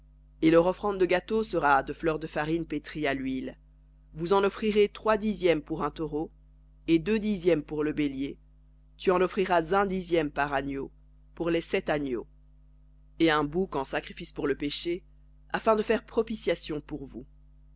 et leur offrande de gâteau sera de fleur de farine pétrie à l'huile vous en offrirez trois dixièmes pour un taureau et deux dixièmes pour le bélier tu en offriras un dixième par agneau pour les sept agneaux et un bouc en sacrifice pour le péché afin de faire propitiation pour vous